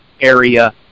area